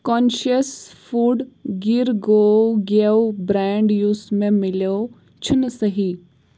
conscious food Gir گٲو گٮ۪و brand یُس مےٚ مِلٮ۪و چھنہٕ صٔحیح